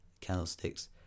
candlesticks